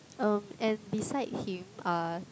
um and beside him uh